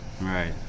right